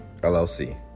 LLC